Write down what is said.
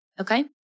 okay